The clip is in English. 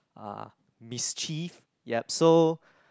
ah mischieve yup so